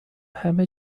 همه